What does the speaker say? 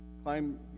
Climb